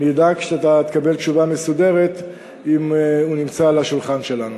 אני אדאג שאתה תקבל תשובה מסודרת אם הוא נמצא על השולחן שלנו.